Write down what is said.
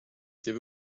give